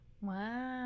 Wow